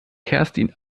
kerstin